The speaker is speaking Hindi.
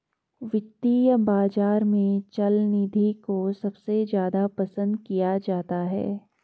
वित्तीय बाजार में चल निधि को सबसे ज्यादा पसन्द किया जाता है